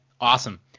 awesome